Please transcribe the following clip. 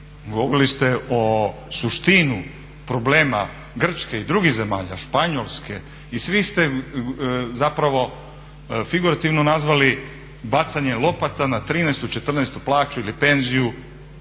govorili ste o suštini problema Grčke i drugih zemalja, Španjolske i svi ste zapravo figurativno nazvali bacanje lopata na 13., 14. plaću ili penziju.